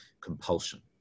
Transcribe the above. compulsion